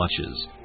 watches